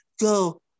go